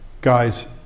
guys